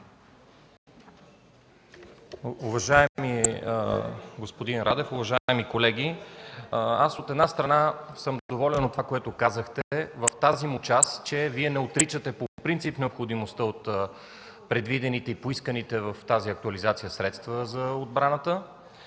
Уважаеми господин Радев, уважаеми колеги! Аз, от една страна, съм доволен от това, което казахте в тази му част, че Вие не отричате по принцип необходимостта от предвидените и поисканите в тази актуализация средства за отбраната.